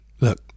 look